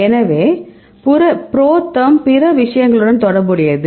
எனவே ProTherm பிற விஷயங்களுடன் தொடர்புடையது